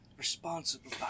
Responsible